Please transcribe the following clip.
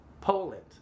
Poland